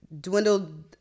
dwindled